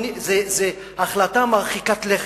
זו החלטה מרחיקת לכת,